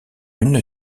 une